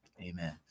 Amen